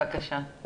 בבקשה.